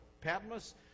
Patmos